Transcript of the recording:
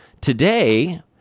Today